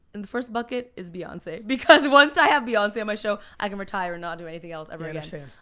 in the first bucket is beyonce, because once i have beyonce on my show, i can retire and not do anything else ever and again. yeah,